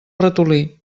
ratolí